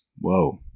Whoa